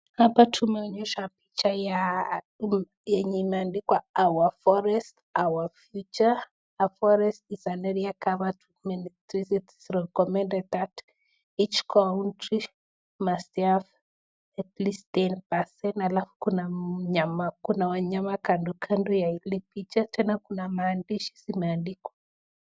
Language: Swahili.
Hapa tumeonyeshwa picha yenye imeandikwa our forest, our future. A forest is an area covered with many trees, its recommended that each country must there atlist 10% [cs,]alafu kuna wanyama kando kando kwa hili picha tena kuna maandishi zimeandikwa.